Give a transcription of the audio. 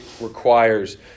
requires